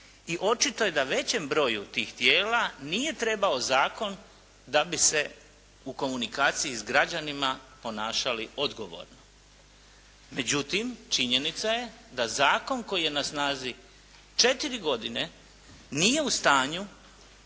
i očito je da većem broju tih tijela nije trebao zakon da bi se u komunikaciji s građanima ponašali odgovorno. Međutim, činjenica je da zakon koji je na snazi četiri godine nije u stanju